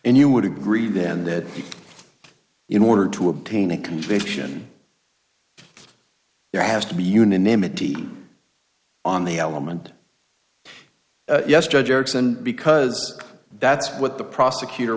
and you would agree then that in order to obtain a conviction there has to be unanimity on the element yes judge erickson because that's what the prosecutor